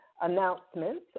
announcements